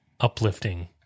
uplifting